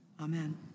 Amen